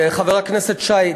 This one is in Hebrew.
חבר הכנסת שי,